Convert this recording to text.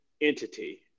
entity